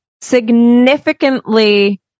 significantly